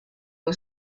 was